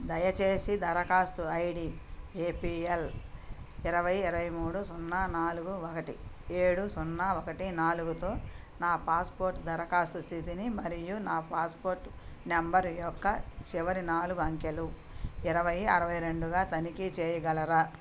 దయచేసి దరఖాస్తు I D A P L ఇరవై ఇరవైమూడు సున్నా నాలుగు ఒకటి ఏడు సున్నా ఒకటి నాలుగుతో నా పాస్పోర్ట్ దరఖాస్తు స్థితిని మరియు నా పాస్పోర్ట్ నెంబర్ యొక్క చివరి నాలుగు అంకెలు ఇరవై అరవై రెండుగా తనిఖీ చేయగలరా